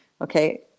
Okay